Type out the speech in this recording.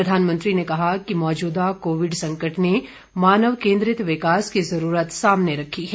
प्रधानमंत्री ने कहा कि मौजूदा कोविड संकट ने मानव केंद्रित विकास की जरूरत सामने रखी है